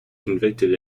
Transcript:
convicted